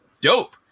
Dope